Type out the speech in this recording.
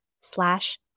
slash